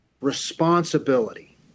responsibility